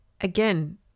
Again